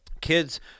kids